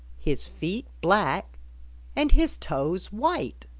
his feet black and his toes white.